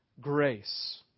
Grace